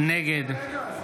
נגד